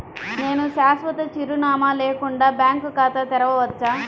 నేను శాశ్వత చిరునామా లేకుండా బ్యాంక్ ఖాతా తెరవచ్చా?